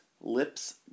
Lips